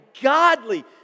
godly